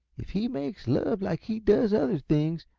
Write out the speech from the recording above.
if he makes love like he does other things,